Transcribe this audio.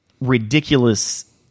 Ridiculous